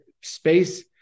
space